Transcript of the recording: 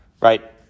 right